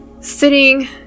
sitting